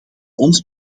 ons